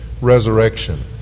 resurrection